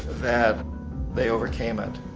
that they overcame it.